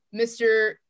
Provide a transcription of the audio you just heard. Mr